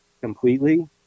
completely